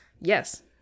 Yes